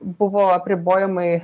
buvo apribojimai